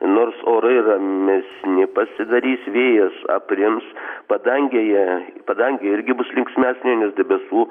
nors orai ramesni pasidarys vėjas aprims padangėje padangė irgi bus linksmesnė nes debesų